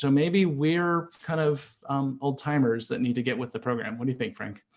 so maybe we're kind of old timers that need to get with the program. what do you think, frank?